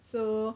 so